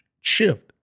shift